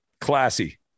Classy